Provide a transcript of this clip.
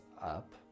up